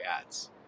ads